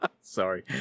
Sorry